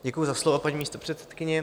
Děkuju za slovo, paní místopředsedkyně.